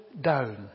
down